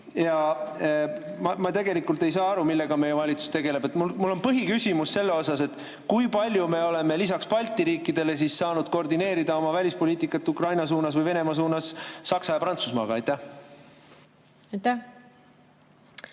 Ma tegelikult ei saa aru, millega meie valitsus tegeleb. Mul on põhiküsimus see: kui palju me oleme lisaks Balti riikidele saanud koordineerida oma välispoliitikat Ukraina suunas või Venemaa suunas Saksa- ja Prantsusmaaga? Aitäh!